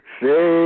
say